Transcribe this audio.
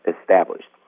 established